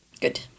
Good